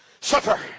suffer